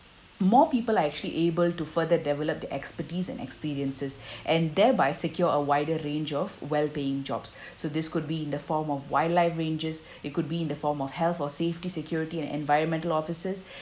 more people are actually able to further develop the expertise and experiences and thereby secure a wider range of well-paying jobs so this could be in the form of wildlife rangers it could be in the form of health or safety security and environmental officers